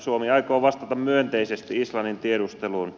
suomi aikoo vastata myönteisesti islannin tiedusteluun